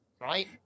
Right